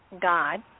God